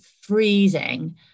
freezing